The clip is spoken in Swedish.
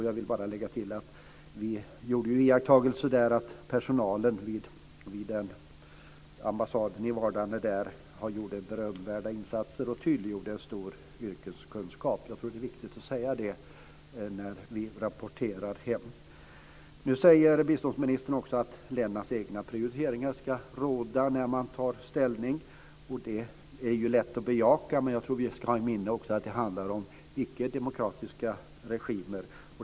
Jag vill bara lägga till att vi gjorde iakttagelsen att personalen vid ambassaden i vardande gjorde berömvärda insatser och tydliggjorde en stor yrkeskunskap. Jag tror att det är viktigt att säga det när vi rapporterar hem. Nu säger biståndsministern att ländernas egna prioriteringar ska råda när man tar ställning. Det är ju lätt att bejaka, men jag tror att vi också ska ha i minnet att det handlar om icke-demokratiska regimer.